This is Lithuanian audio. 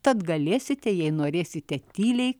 tad galėsite jei norėsite tyliai